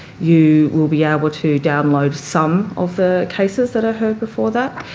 you will be able to download some of the cases that are heard before that.